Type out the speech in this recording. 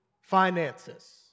finances